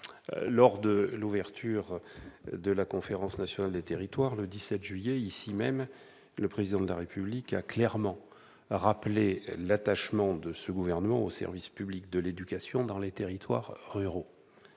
Lors de l'ouverture de la Conférence nationale des territoires, le 17 juillet dernier, au Sénat, le Président de la République a clairement marqué l'attachement du Gouvernement au service public de l'éducation dans les territoires ruraux.